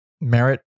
Merit